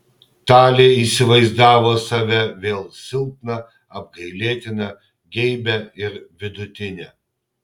talė įsivaizdavo save vėl silpną apgailėtiną geibią ir vidutinę